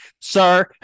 sir